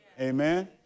Amen